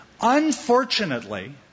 Unfortunately